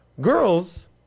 Girls